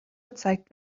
gezeigt